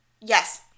Yes